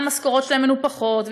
המשכורות שלהם מנופחות,